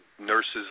nurses